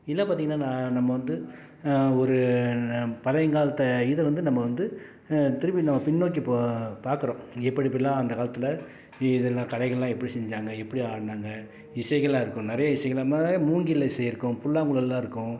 இதில் பார்த்திங்கன்னா நான் நம்ம வந்து ஒரு பழையங்காலத்தை இது வந்து நம்ம வந்து திரும்பி நம்ம பின்னோக்கி போ பார்க்கறோம் எப்படி இப்படிலாம் அந்த காலத்தில் இதெல்லாம் கலைகள்லாம் எப்படி செஞ்சாங்க எப்படி ஆடுனாங்க இசைகளாக இருக்கும் நிறைய இசைகள் நம்ம மூங்கில் இசை இருக்கும் புல்லாங்குழலெல்லாம் இருக்கும்